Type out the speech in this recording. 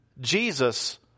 Jesus